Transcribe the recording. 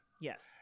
Yes